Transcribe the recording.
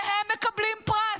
והם מקבלים פרס.